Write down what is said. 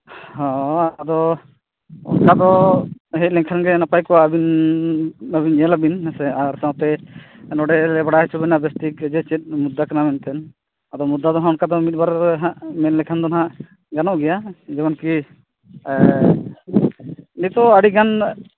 ᱦᱚᱸ ᱟᱫᱚ ᱚᱝᱠᱟ ᱫᱚ ᱦᱮᱡᱽ ᱞᱮᱱᱠᱷᱟᱱ ᱜᱮ ᱱᱟᱯᱟᱭ ᱠᱚᱜᱼᱟ ᱟᱹᱵᱤᱱ ᱵᱮᱱ ᱧᱮᱞᱟᱵᱤᱱ ᱟᱨ ᱥᱟᱶᱛᱮ ᱱᱚᱰᱮ ᱞᱮ ᱵᱟᱲᱟᱭ ᱦᱚᱪᱚ ᱵᱮᱱᱟ ᱵᱮᱥ ᱴᱷᱤᱠ ᱥᱮ ᱪᱮᱫ ᱵᱮᱯᱟᱨ ᱠᱟᱱᱟ ᱢᱮᱱᱛᱮ ᱟᱫᱚ ᱢᱚᱫᱽᱫᱟ ᱫᱚ ᱱᱟᱜ ᱢᱤᱫ ᱵᱟᱨ ᱫᱚ ᱱᱟᱜ ᱢᱮᱱᱞᱮᱠᱷᱟᱱ ᱫᱚ ᱱᱟᱜ ᱜᱟᱱᱚᱜ ᱜᱮᱭᱟ ᱡᱮᱢᱚᱱ ᱠᱤ ᱱᱤᱛᱳᱜ ᱟᱹᱰᱤᱜᱟᱱ